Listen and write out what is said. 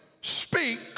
speak